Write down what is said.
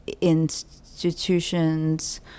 institutions